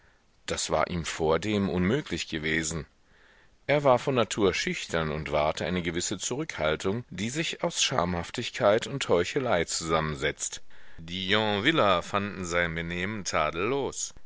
das war ihm vordem unmöglich gewesen er war von natur schüchtern und wahrte eine gewisse zurückhaltung die sich aus schamhaftigkeit und heuchelei zusammensetzt die yonviller fanden sein benehmen tadellos